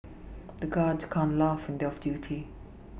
the guards can't laugh when they are on duty